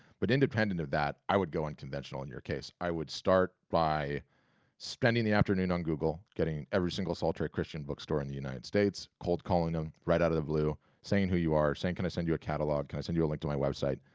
but independent of that, i would go unconventional in your case. i would start by spending the afternoon on google, getting every single sultry christian bookstore in the united states, cold calling them right out of the blue, saying who you are, saying can i send you a catalog, can i send you a link to my website,